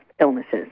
illnesses